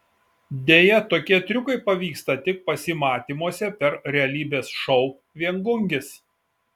deja tokie triukai pavyksta tik pasimatymuose per realybės šou viengungis